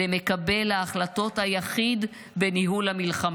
וניכר היה שהחלטות גורליות אינן מתקבלות על ידי אדם אחד בלבד.